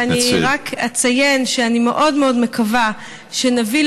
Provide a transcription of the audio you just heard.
אני רק אציין שאני מאוד מאוד מקווה שנביא